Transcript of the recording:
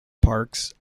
parks